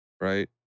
Right